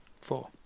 Four